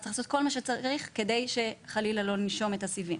אז צריך לעשות כל מה שצריך כדי שחלילה לא ננשום את הסיבים.